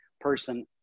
person